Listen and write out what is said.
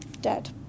dead